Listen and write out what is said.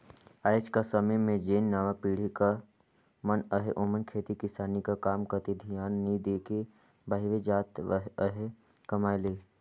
आएज कर समे में जेन नावा पीढ़ी कर मन अहें ओमन खेती किसानी कर काम कती धियान नी दे के बाहिरे जात अहें कमाए ले